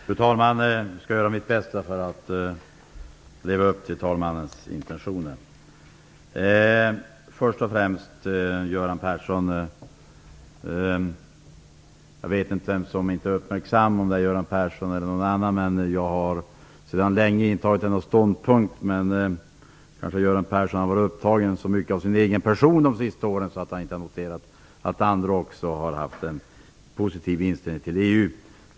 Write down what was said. Fru talman! Jag vet inte vem som inte är uppmärksam, om det är Göran Persson eller någon annan. Men jag har sedan länge intagit denna ståndpunkt. Göran Persson kanske har varit så upptagen av sin egen person under de senaste åren att han inte har noterat att andra också har haft en positiv inställning till EU.